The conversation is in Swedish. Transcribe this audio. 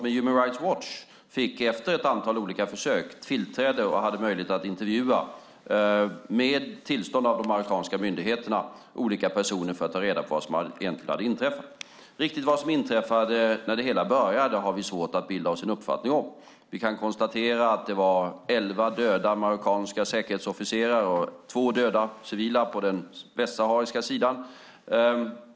Däremot vet jag att Human Rights Watch efter ett antal försök fick tillträde och hade möjlighet att, med tillstånd av de marockanska myndigheterna, intervjua olika personer för att ta reda på vad som egentligen hade inträffat. Riktigt vad som inträffade när det hela började har vi svårt att bilda oss en uppfattning om. Vi kan konstatera att det var elva döda marockanska säkerhetsofficerare och två döda civila på den västsahariska sidan.